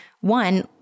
one